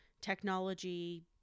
technology